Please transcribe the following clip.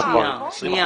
נכון.